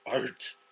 art